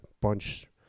bunch